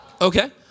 okay